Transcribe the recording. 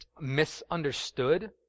misunderstood